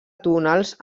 túnels